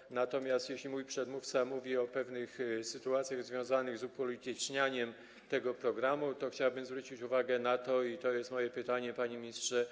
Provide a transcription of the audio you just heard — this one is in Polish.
Jeśli natomiast mój przedmówca mówi o pewnych sytuacjach związanych z upolitycznianiem tego programu, to chciałbym zwrócić uwagę na to - i to jest moje pytanie, panie ministrze -